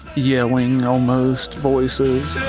yelling, almost voices